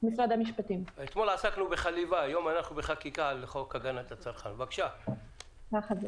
ויש את ההגדרה של מאפיינים מיוחדים, שזה סוג של